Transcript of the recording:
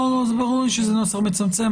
ברור לי שזה נוסח מצמצם.